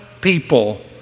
people